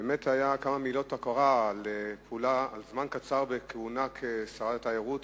באמת כמה מילות הוקרה על זמן קצר בכהונה כשרת התיירות,